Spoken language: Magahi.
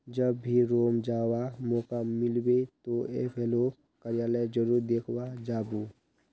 जब भी रोम जावा मौका मिलबे तो एफ ए ओ कार्यालय जरूर देखवा जा बो